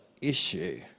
issue